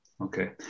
Okay